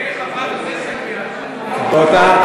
נחכה לחברת כנסת ביהדות התורה.